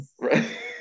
Right